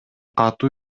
катуу